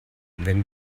wenn